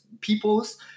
people's